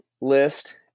list